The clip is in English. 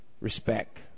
Respect